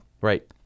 Right